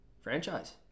Franchise